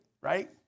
right